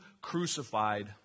crucified